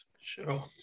Sure